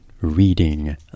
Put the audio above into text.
reading